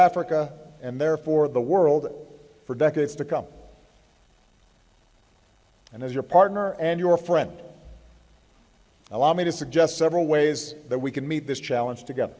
africa and therefore the world for decades to come and as your partner and your friend allow me to suggest several ways that we can meet this challenge together